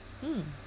mm